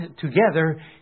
together